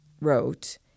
wrote